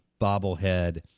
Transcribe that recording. bobblehead